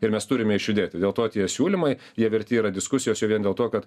ir mes turime išjudėti dėl to tie siūlymai jie verti yra diskusijos jau vien dėl to kad